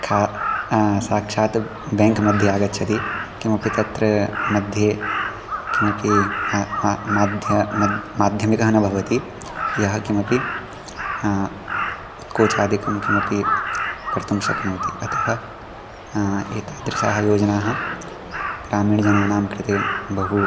खा साक्षात् बेङ्क् मध्ये आगच्छति किमपि तत्र मध्ये किमपि मा मा माध्य माध् माध्यमिकः न भवति यः किमपि उत्कोचादिकं किमपि कर्तुं शक्नोति अतः एतादृशाः योजनाः ग्रामीणजनानां कृते बहु